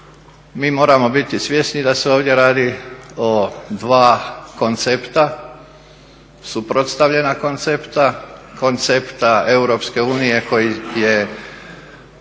mi moramo biti svjesni da se ovdje radi o dva koncepta, suprotstavljena koncepta, koncepta EU koji je